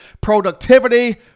Productivity